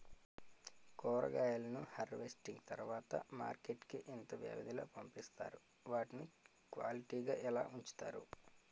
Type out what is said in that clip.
కూరగాయలను హార్వెస్టింగ్ తర్వాత మార్కెట్ కి ఇంత వ్యవది లొ పంపిస్తారు? వాటిని క్వాలిటీ గా ఎలా వుంచుతారు?